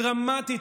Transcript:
דרמטית,